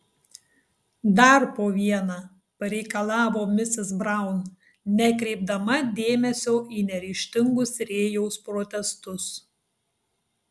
dar po vieną pareikalavo misis braun nekreipdama dėmesio į neryžtingus rėjaus protestus